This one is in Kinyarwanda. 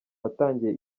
watangiye